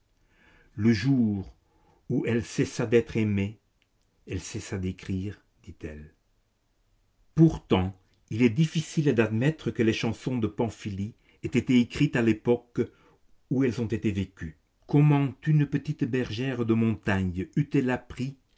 le jour où elle cessa d'être aimée elle cessa d'écrire dit-elle pourtant il est difficile d'admettre que les chansons de pamphylie aient été écrites à l'époque où elles ont été vécues comment une petite bergère de montagnes eût-elle appris